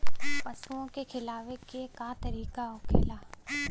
पशुओं के खिलावे के का तरीका होखेला?